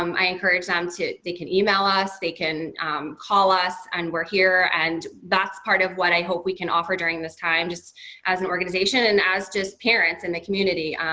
um i encourage them to they can email us, they can call us, and we're here. and, that's part of what i hope we can offer during this time just as an organization and as just parents in the community.